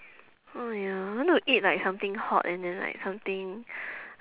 !aiya! I want to eat like something hot and then like something